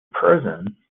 person